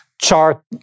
chart